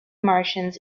martians